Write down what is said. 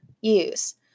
use